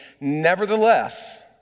Nevertheless